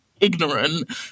ignorant